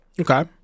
Okay